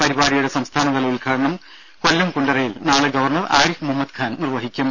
പരിപാടിയുടെ സംസ്ഥാനതല ഉദ്ഘാടനം കൊല്ലം കുണ്ടറയിൽ നാളെ ഗവർണർ ആരിഫ് മുഹമ്മദ് ഖാൻ നിർവഹിക്കും